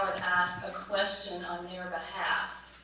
ask a question on their behalf.